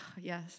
Yes